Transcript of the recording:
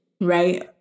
right